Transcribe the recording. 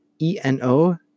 ENO